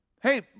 hey